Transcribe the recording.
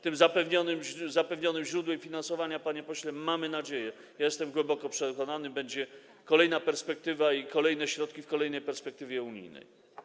Tym zapewnionym źródłem finansowania, panie pośle, mamy nadzieję - ja jestem głęboko przekonany - będzie kolejna perspektywa, będą kolejne środki w kolejnej perspektywie unijnej.